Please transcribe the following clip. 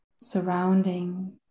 surrounding